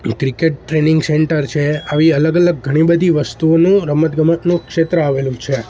cricket training centre છે આવી અલગ અલગ ઘણી બધી વસ્તુઓનું રમત ગમતનું ક્ષેત્ર આવેલું છે